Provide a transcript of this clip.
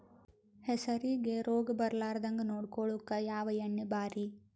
ಹೆಸರಿಗಿ ರೋಗ ಬರಲಾರದಂಗ ನೊಡಕೊಳುಕ ಯಾವ ಎಣ್ಣಿ ಭಾರಿ?